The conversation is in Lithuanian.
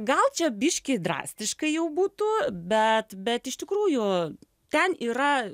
gal čia biškį drastiškai jau būtų bet bet iš tikrųjų ten yra